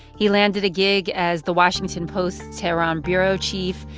he landed a gig as the washington post's tehran bureau chief.